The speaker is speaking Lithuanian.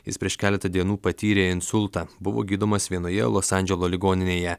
jis prieš keletą dienų patyrė insultą buvo gydomas vienoje los andželo ligoninėje